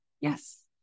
yes